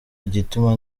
igituma